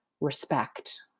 respect